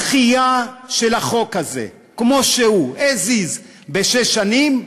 דחייה של החוק הזה כמו שהוא, as is, בשש שנים,